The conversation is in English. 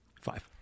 Five